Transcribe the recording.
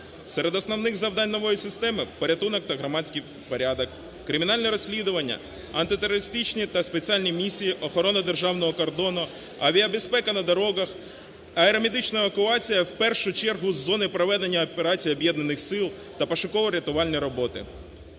Серед основних завдань нової системи – порятунок та громадський порядок, кримінальне розслідування, антитерористичні та спеціальні місії, охорона державного кордону, авіабезпека на дорогах, аеромедична евакуація, в першу чергу з зони проведення Операції об'єднаних сил та пошуково-рятувальні роботи.